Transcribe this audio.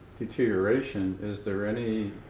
deterioration, is there any